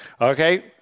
okay